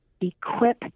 equip